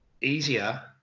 easier